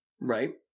Right